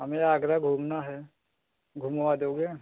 हमें आगरा घूमना है घुमवा दोगे